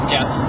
Yes